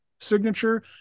signature